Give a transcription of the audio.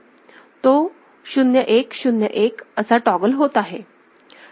तो 0 1 0 1असा टॉगल होत आहे